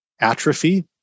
atrophy